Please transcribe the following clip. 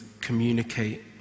communicate